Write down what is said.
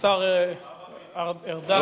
השר ארדן.